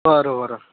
बरं बरं